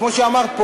כמו שאמרת פה,